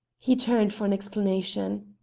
he turned for an explanation.